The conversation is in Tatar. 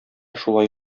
шулай